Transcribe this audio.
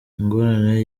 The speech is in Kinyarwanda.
ingorane